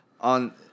On